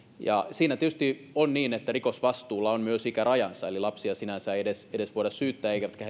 siinä tietysti on niin että rikosvastuulla on myös ikärajansa eli lapsia sinänsä ei edes voida syyttää eivätkä